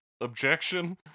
Objection